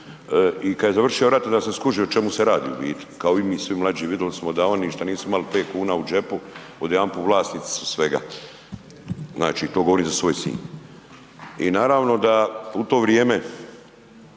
i kad je završio rat onda sam skužio o čemu se radi u biti, kao i mi svi mlađi vidili smo da oni šta nisu imali 5 kuna u džepu odjedanput vlasnici su svega, znači to govorim za svoj Sinj. I naravno da u to vrijeme